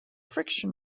friction